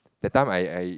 that time I I